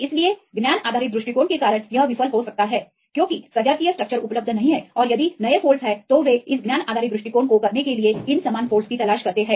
इसलिए ज्ञान आधारित दृष्टिकोण के कारण यह विफल हो सकता है क्योंकि सजातीय स्ट्रक्चर उपलब्ध नहीं हैं और यदि नए फोल्डस हैं तो वे इस ज्ञान आधारित दृष्टिकोण को करने के लिए इन समान फोल्डस की तलाश करते हैं